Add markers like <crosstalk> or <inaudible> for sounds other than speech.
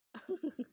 <laughs>